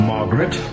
Margaret